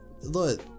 look